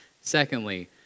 Secondly